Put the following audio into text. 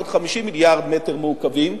450 מיליארד מטרים מעוקבים,